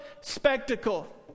spectacle